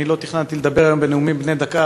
אני לא תכננתי לדבר היום בנאומים בני דקה,